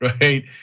right